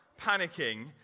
panicking